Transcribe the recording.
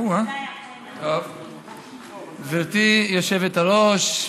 גברתי היושבת-ראש,